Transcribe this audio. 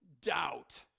doubt